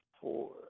four –